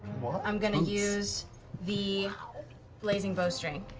i'm going to use the blazing bowstring.